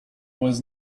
was